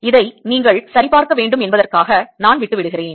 இதை நீங்கள் சரிபார்க்க வேண்டும் என்பதற்காக நான் விட்டு விடுகிறேன்